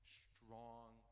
strong